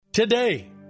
Today